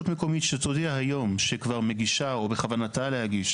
שתודיעה היום שמגישה או שבכוונתה להגיש,